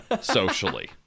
socially